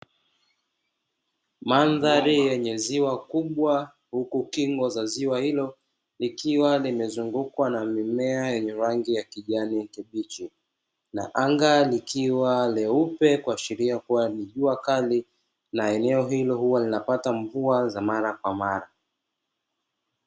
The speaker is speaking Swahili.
Mandhari yenye ziwa kubw ahuku kingo za ziwa hilo ikiwa imezungukwa na mimea yenye rangi ya kijani kibichi, na anga likiwa leupe kuashiria kwamba ni jua kali, na eneo hilo kuwa linapata mvua za mara kwa mara.